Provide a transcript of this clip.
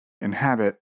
inhabit